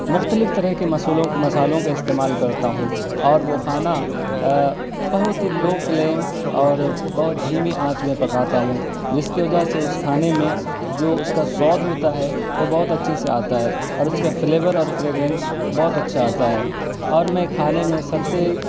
مختلف طرح کے مصولوں مصالحوں کا استعمال کرتا ہوں اور وہ کھانا بہت ہی لو فلیم اور بہت دھیمی آنچ میں پکاتا ہوں جس کے وجہ سے اس کھانے میں جو اس کا سواد ہوتا ہے وہ بہت اچھے سے آتا ہے اور اس کا فلیور اور فریگرینس بہت اچھے آتا ہے اور میں کھانے میں سب سے